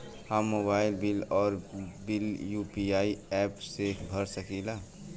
हम mobile bill और bill UPI app से भर सकिला